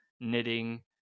knitting